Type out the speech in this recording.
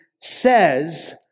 says